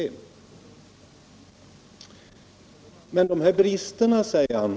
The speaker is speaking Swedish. Men vem är skuld till de här bristerna, säger han.